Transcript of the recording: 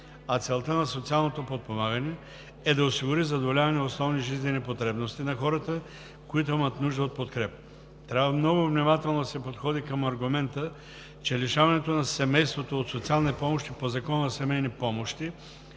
а целта на социалното подпомагане е да осигури задоволяване на основните жизненоважни потребности на хората, които имат нужда от подкрепа. Трябва много внимателно да се подходи към аргумента, че лишаването на семейството от социални помощи по Закона за семейни помощи,